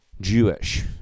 Jewish